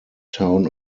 town